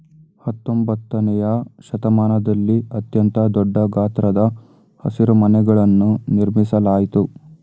ಹತ್ತೊಂಬತ್ತನೆಯ ಶತಮಾನದಲ್ಲಿ ಅತ್ಯಂತ ದೊಡ್ಡ ಗಾತ್ರದ ಹಸಿರುಮನೆಗಳನ್ನು ನಿರ್ಮಿಸಲಾಯ್ತು